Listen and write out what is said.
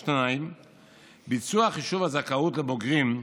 2. ביצוע חישוב הזכאות לבוגרים.